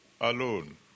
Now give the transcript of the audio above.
alone